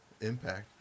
impact